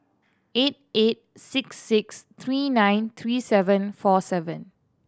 eight eight six six three nine three seven four seven